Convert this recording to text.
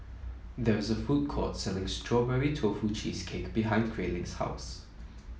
there is a food court selling Strawberry Tofu Cheesecake behind Grayling's house